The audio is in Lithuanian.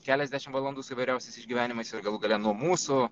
keliasdešim valandų su įvairiausiais išgyvenimais ir galų gale nuo mūsų